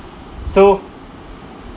so